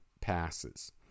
passes